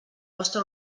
vostre